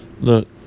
Look